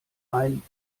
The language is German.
ein